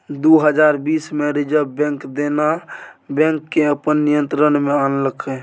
दु हजार बीस मे रिजर्ब बैंक देना बैंक केँ अपन नियंत्रण मे आनलकै